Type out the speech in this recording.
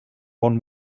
one